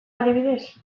adibidez